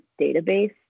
database